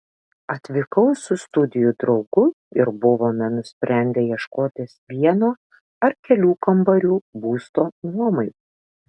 atvykau su studijų draugu ir buvome nusprendę ieškotis vieno ar kelių kambarių būsto nuomai